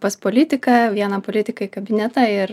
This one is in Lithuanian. pas politiką vieną politiką į kabinetą ir